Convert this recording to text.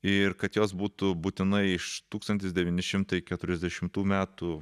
ir kad jos būtų būtinai iš tūkstantis devyni šimtai keturiasdešimtų metų